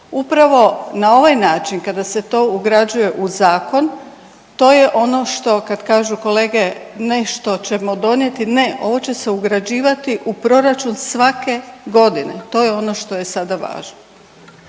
Upravo na ovaj način kada se to ugrađuje u zakon to je on što kad kažu kolege nešto ćemo donijeti, ne, ovo će se ugrađivati u proračun svake godine to je ono što je sada važno.